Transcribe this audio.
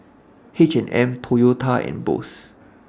H and M Toyota and Bose